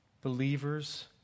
believers